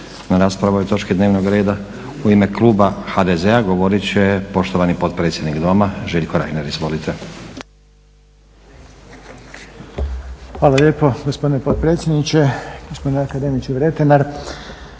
na raspravu ove točke dnevnog reda. U ime kluba HDZ-a govorit će poštovani potpredsjednik Doma Željko Reiner. Izvolite. **Reiner, Željko (HDZ)** Hvala lijepo gospodine potpredsjedniče. Gospodine akademiče Vretenar.